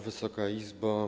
Wysoka Izbo!